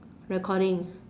recording